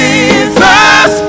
Jesus